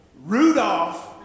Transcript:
Rudolph